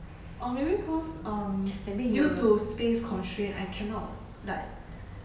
or maybe cause um maybe due to space constraint I cannot like